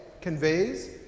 conveys